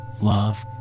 love